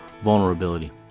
vulnerability